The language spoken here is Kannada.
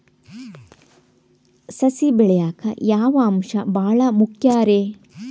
ಸಸಿ ಬೆಳೆಯಾಕ್ ಯಾವ ಅಂಶ ಭಾಳ ಮುಖ್ಯ ರೇ?